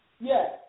yes